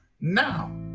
now